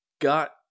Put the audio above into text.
got